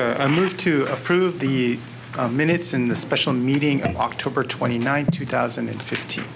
goodman moved to approve the minutes in the special meeting october twenty ninth two thousand and fift